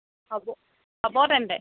হ'ব হ'ব তেন্তে